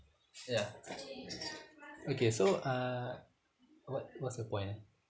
ya okay so uh what what's the point ah